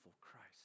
Christ